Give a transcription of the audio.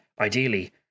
ideally